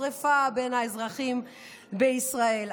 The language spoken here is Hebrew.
שרפה בין האזרחים בישראל,